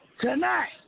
Tonight